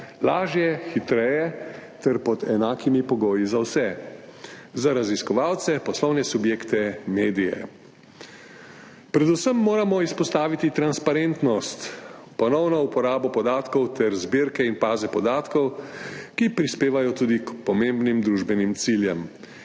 lažje, hitreje ter pod enakimi pogoji za vse, za raziskovalce, poslovne subjekte, medije. Predvsem moramo izpostaviti transparentnost, ponovno uporabo podatkov ter zbirke in baze podatkov, ki prispevajo tudi k pomembnim družbenim ciljem.